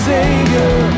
Savior